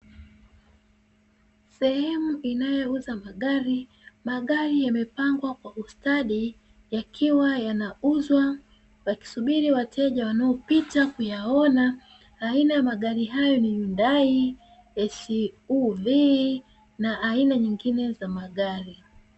Sehemu inayouza magari. Magari yamepangwa kwa ustadi yakiwa yanauzwa, wakisubiri wateja wanaopita kuyaona; aina ya magari hayo ni "HYUNDAI, SUV" na aina nyingine za magari.